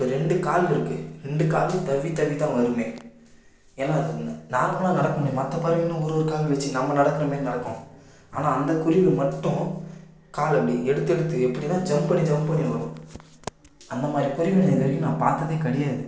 இப்போ ரெண்டு காலு இருக்கு ரெண்டு கால்லையும் தவ்வி தவ்வி தான் வருமே ஏன்னா அது நார்மல்லாக நடக்க முடியாது மற்ற பறவைகளும் ஒரு ஒரு கால் வச்சு நம்ம நடக்கறமாரி நடக்கும் ஆனால் அந்த குருவி மட்டும் கால் அப்படி எடுத்தெடுத்து எப்படின்னா ஜம்ப் பண்ணி ஜம்ப் பண்ணி வரும் அந்த மாதிரி குருவி நான் இதுவரைக்கும் நான் பார்த்ததே கிடயாது